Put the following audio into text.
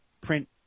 print